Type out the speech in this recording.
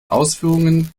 ausführungen